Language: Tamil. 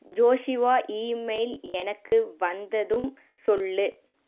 ஜோஷுவா இமெயில் எனக்கு வந்ததும் சொல்